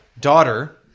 daughter